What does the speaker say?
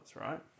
right